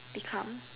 become